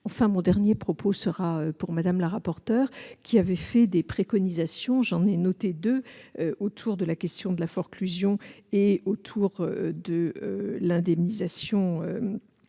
Enfin, mon dernier propos sera pour Mme la rapporteure, qui a fait état d'un certain nombre de préconisations. J'en ai noté deux autour de la question de la forclusion et autour de l'indemnisation